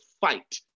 fight